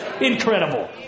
Incredible